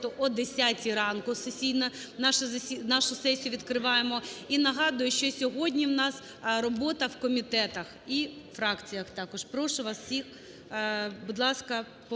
наше… нашу сесію відкриваємо. І нагадую, що сьогодні у нас робота в комітетах і фракціях також. Прошу вас всіх, будь ласка, повертатись